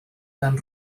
gan